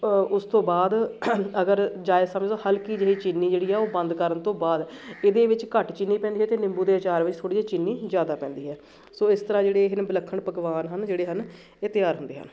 ਉਸ ਤੋਂ ਬਾਅਦ ਅਗਰ ਜਾਇਜ਼ ਸਮਝੋ ਤਾ ਹਲਕੀ ਜਿਹੀ ਚੀਨੀ ਜਿਹੜੀ ਹੈ ਉਹ ਬੰਦ ਕਰਨ ਤੋਂ ਬਾਅਦ ਇਹਦੇ ਵਿੱਚ ਘੱਟ ਚੀਨੀ ਪੈਂਦੀ ਹੈ ਅਤੇ ਨਿੰਬੂ ਦੇ ਅਚਾਰ ਵਿੱਚ ਥੋੜ੍ਹੀ ਜਿਹੀ ਚੀਨੀ ਜ਼ਿਆਦਾ ਪੈਂਦੀ ਹੈ ਸੋ ਇਸ ਤਰ੍ਹਾਂ ਜਿਹੜੇ ਇਹ ਵਿਲੱਖਣ ਪਕਵਾਨ ਹਨ ਜਿਹੜੇ ਹਨ ਇਹ ਤਿਆਰ ਹੁੰਦੇ ਹਨ